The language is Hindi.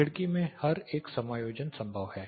खिड़की में हर एक समायोजन संभव है